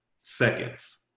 seconds